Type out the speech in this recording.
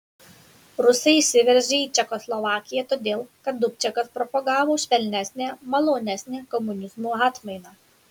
rusai įsiveržė į čekoslovakiją todėl kad dubčekas propagavo švelnesnę malonesnę komunizmo atmainą